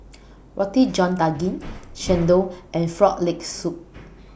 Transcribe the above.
Roti John Daging Chendol and Frog Leg Soup